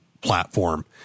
platform